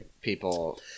people